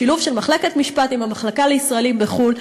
שילוב של מחלקת משפט עם המחלקה לישראלים בחו"ל,